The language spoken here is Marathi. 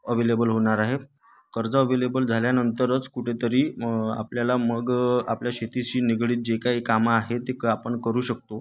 अवेलेबल होणार आहे कर्ज अवेलेबल झाल्यानंतरच कुठेतरी आपल्याला मग आपल्या शेतीशी निगडीत जे काही कामं आहेत ते क आपण करू शकतो